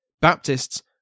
Baptists